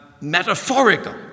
metaphorical